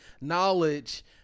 knowledge